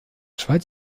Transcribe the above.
schweiz